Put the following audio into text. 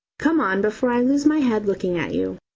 come on before i lose my head looking at you.